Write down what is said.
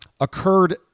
occurred